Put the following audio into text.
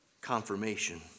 confirmation